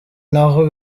ntaho